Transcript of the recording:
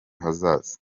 hazaza